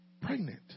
pregnant